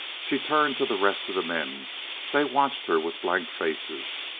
she turned to the rest of the men they watched her with blank faces.